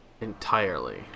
Entirely